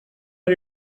are